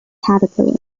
caterpillar